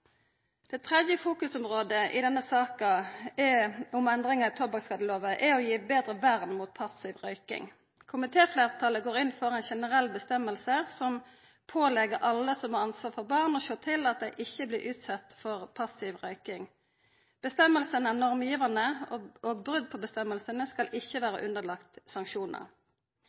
Det tredje fokusområdet i denne saka om endringar i tobakksskadelova er å gi betre vern mot passiv røyking. Komitéfleirtalet går inn for ei generell bestemming som pålegg alle som har ansvar for barn, å sjå til at dei ikkje blir utsette for passiv røyking. Bestemminga er normgivande, og brot på bestemminga skal ikkje vera underlagt sanksjonar.